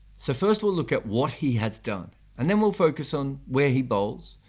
so first we'll look at what he has done and then we'll focus on where he bowls,